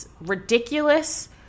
ridiculous